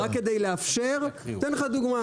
רק כדי לאפשר, אני אתן לך דוגמה.